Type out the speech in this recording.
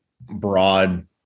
broad